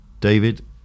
David